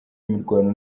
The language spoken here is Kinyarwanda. imirwano